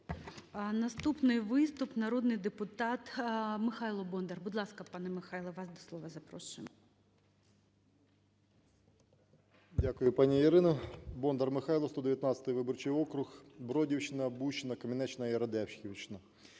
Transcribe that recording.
Наступний виступ – народний депутат Михайло Бондар. Будь ласка, пане Михайло, вас до слова запрошую. 13:18:06 БОНДАР М.Л. Дякую, пані Ірино. Бондар Михайло, 119 виборчий округ (Бродівщина, Бущина, Кам'янеччина і Радехівщина).